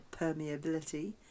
permeability